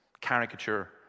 caricature